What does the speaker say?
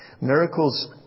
miracles